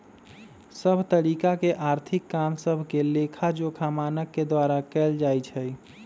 सभ तरिका के आर्थिक काम सभके लेखाजोखा मानक के द्वारा कएल जाइ छइ